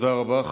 תודה רבה.